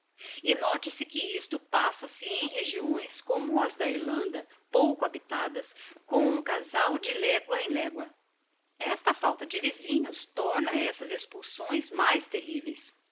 e note-se que isto passa-se em regiões como as da irlanda pouco habitadas com um casal de legua em legua esta falta de vizinhos torna estas expulsões mais terriveis